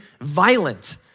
violent